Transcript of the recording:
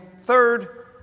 third